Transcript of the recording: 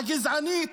הגזענית,